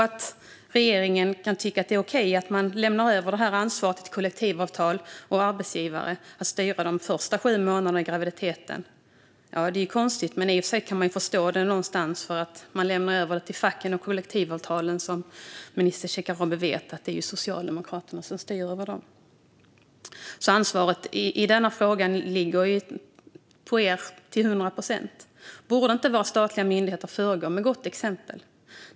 Att regeringen kan tycka att det är okej att man lämnar över ansvaret till kollektivavtal och arbetsgivare att styra över de första sju månaderna av graviditeten är konstigt. Någonstans kan man i och för sig förstå det - man lämnar över det till facken och kollektivavtalen, och statsrådet Shekarabi vet att det är Socialdemokraterna som styr över dem. Ansvaret i denna fråga ligger på er till hundra procent. Borde inte våra statliga myndigheter föregå med gott exempel?